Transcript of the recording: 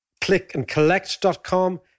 clickandcollect.com